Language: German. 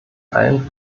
allen